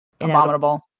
abominable